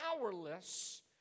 powerless